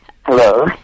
Hello